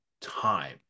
time